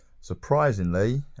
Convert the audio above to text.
Surprisingly